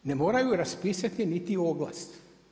Ne moraju raspisati niti oglas.